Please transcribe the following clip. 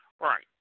Right